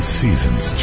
seasons